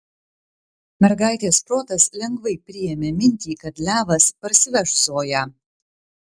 mergaitės protas lengvai priėmė mintį kad levas parsiveš zoją